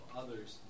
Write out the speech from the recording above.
others